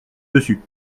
dessus